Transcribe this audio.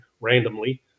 randomly